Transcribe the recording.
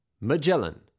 MAGELLAN